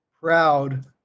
proud